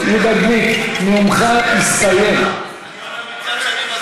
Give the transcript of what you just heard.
אני לא עובר את הזמן, תודה.